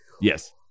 Yes